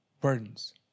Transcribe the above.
burdens